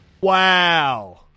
Wow